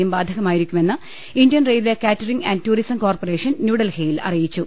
യും ബാധകമായിരിക്കുമെന്ന് Indian railway catering and tourism corporation ന്യൂഡൽഹിയിൽ അറിയിച്ചു